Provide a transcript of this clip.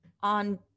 on